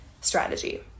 strategy